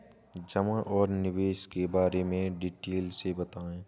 जमा और निवेश के बारे में डिटेल से बताएँ?